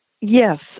Yes